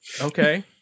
Okay